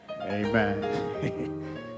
Amen